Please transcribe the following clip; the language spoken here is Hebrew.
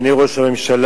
אדוני ראש הממשלה,